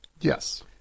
Yes